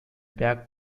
berg